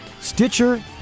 Stitcher